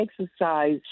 exercise